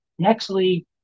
Nextly